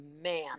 man